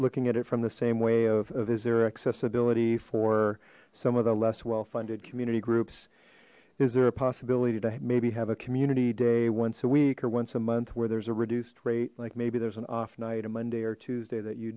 looking at it from the same way of azura accessibility for some of the less well funded community groups is there a possibility to maybe have a community day once a week or once a month where there's a reduced rate like maybe there's an off night a monday or tuesday that you